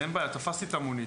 אין בעיה, תפסתי את המונית.